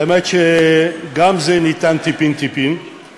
האמת שגם זה ניתן טיפין-טיפין, עם